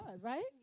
Right